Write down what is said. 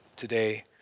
today